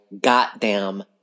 goddamn